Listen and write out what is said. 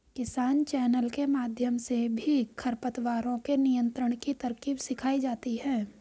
किसान चैनल के माध्यम से भी खरपतवारों के नियंत्रण की तरकीब सिखाई जाती है